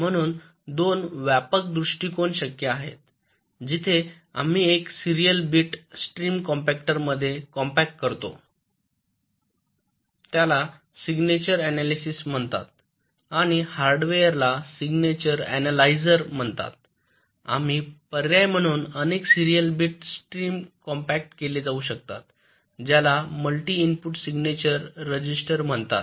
म्हणून 2 व्यापक दृष्टिकोन शक्य आहेत जिथे आम्ही एक सिरीयल बिट स्ट्रीम कॉम्पॅक्टरमध्ये कॉम्पॅक्ट करतो त्याला सिग्नेचर अँनलिसिस म्हणतात आणि हार्डवेअरला सिग्नेचर अन्यालयझर म्हणतात आणि पर्याय म्हणून अनेक सिरियल बिट स्ट्रीम कॉम्पॅक्ट केले जाऊ शकतात ज्याला मल्टी इनपुट सिग्नेचर रजिस्टर म्हणतात